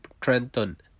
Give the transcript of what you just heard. Trenton